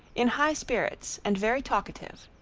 in high spirits, and very talkative.